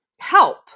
help